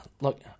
look